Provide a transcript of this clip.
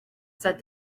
said